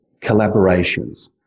collaborations